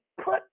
put